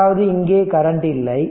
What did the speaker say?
அதாவது இங்கே கரண்ட் இல்லை